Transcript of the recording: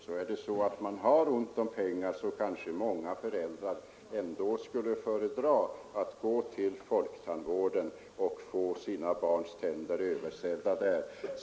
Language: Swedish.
Många föräldrar som har ont om pengar skulle kanske ändå föredra att gå till folktandvården för att få sina barns tänder översedda där.